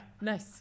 nice